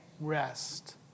rest